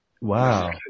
Wow